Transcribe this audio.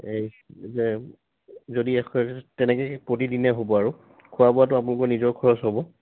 এই যে যদি এশ তেনেকে প্ৰতিদিনে হ'ব আৰু খোৱা বোৱাটো আপোনালোকৰ নিজৰ খৰচ হ'ব